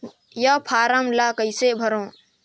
ये फारम ला कइसे भरो?